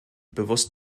bewusst